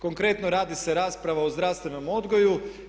Konkretno, radi se rasprava o zdravstvenom odgoju.